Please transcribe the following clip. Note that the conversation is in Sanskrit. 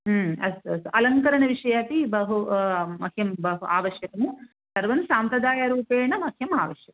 अस्तु अस्तु अलङ्करणविषये अपि बहु मह्यं बहु आवश्यकं सर्वं साम्प्रदायरूपेण मह्यम् आवश्यकम्